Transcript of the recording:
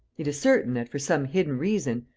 it is certain that, for some hidden reason,